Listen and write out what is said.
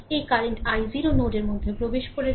সুতরাং এই current i0 নোডের মধ্যেও প্রবেশ করছে